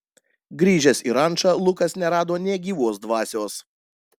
grįžęs į rančą lukas nerado nė gyvos dvasios